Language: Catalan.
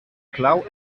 clau